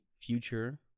future